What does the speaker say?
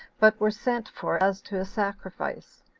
but were sent for as to a sacrifice.